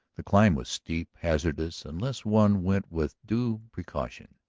the climb was steep, hazardous unless one went with due precaution,